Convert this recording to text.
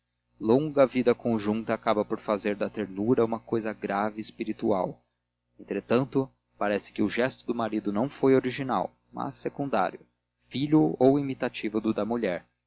longa vida conjunta acaba por fazer da ternura uma cousa grave e espiritual entretanto parece que o gesto do marido não foi original mas secundário filho ou imitativo do da mulher